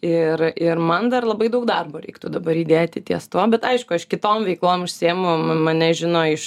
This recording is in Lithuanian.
ir ir man dar labai daug darbo reiktų dabar įdėti ties tuo bet aišku aš kitom veiklom užsiimu m mane žino iš